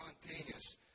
spontaneous